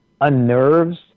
unnerves